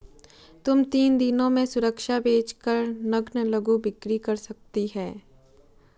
तुम तीन दिनों में सुरक्षा बेच कर नग्न लघु बिक्री कर सकती हो